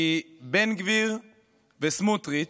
כי בן גביר וסמוטריץ'